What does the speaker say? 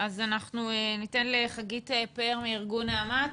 ניתן לחגית פאר מארגון נעמ"ת.